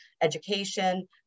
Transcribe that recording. education